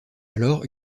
alors